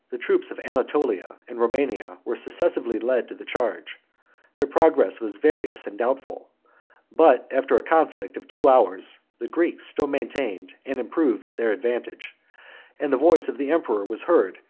the troops of anatolia and romania were successively led to the charge their progress was various and doubtful but, after a conflict of two hours, the greeks still maintained, and improved their advantage and the voice of the emperor was heard,